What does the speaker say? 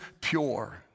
pure